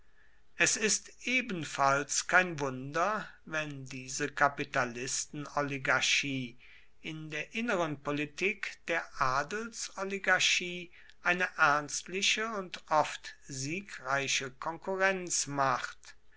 es ist ebenfalls kein wunder wenn diese kapitalistenoligarchie in der inneren politik der adelsoligarchie eine ernstliche und oft siegreiche konkurrenz macht